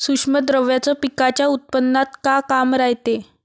सूक्ष्म द्रव्याचं पिकाच्या उत्पन्नात का काम रायते?